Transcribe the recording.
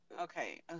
okay